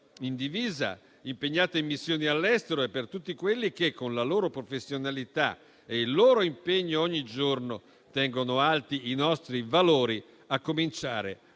in divisa impegnate in missioni all'estero e per tutti quelli che, con la loro professionalità e il loro impegno, ogni giorno tengono alti i nostri valori, a cominciare